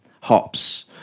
hops